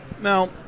Now